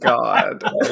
God